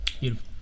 beautiful